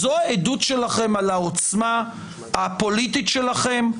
זו העדות שלכם על העוצמה הפוליטית שלכם?